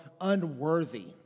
unworthy